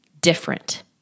different